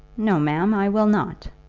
no, ma'am, i will not.